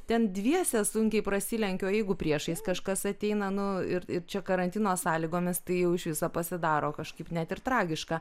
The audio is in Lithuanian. ten dviese sunkiai prasilenki o jeigu priešais kažkas ateina nu ir čia karantino sąlygomis tai jau iš viso pasidaro kažkaip net ir tragiška